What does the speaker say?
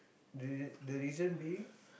the the reason being